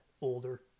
older